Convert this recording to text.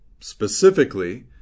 Specifically